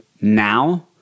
now